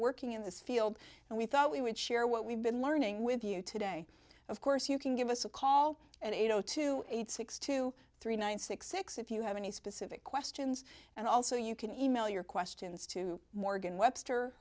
working in this field and we thought we would share what we've been learning with you today of course you can give us a call at eight zero to eight six to three nine six six if you have any specific questions and also you can e mail your questions to morgan webster